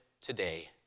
today